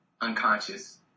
unconscious